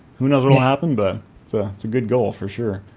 who knows what will happen but it's a good goal for sure.